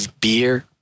beer